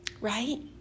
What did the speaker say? Right